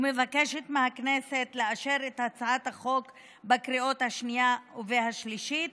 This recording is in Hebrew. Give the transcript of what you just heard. ומבקשת מהכנסת לאשר את הצעת החוק בקריאה השנייה והשלישית